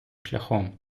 шляхом